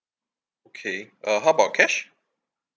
okay uh how about cash